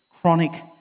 chronic